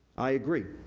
i agree.